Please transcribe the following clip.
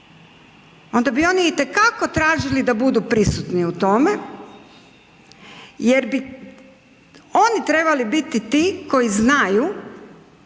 onda bi oni itekako tražili da budu prisutni u tome jer bi oni trebali biti ti koji znaju